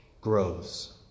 grows